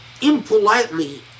impolitely